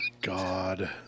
god